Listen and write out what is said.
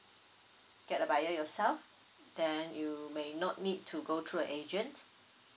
get a buyer yourself then you may not need to go through the agent